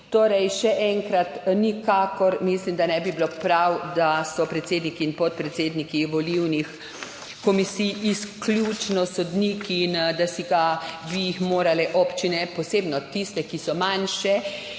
vedo. Še enkrat. Mislim, da nikakor ne bi bilo prav, da so predsedniki in podpredsedniki volilnih komisij izključno sodniki in da bi si ga morale občine, posebno tiste, ki so manjše,